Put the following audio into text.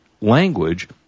language